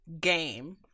game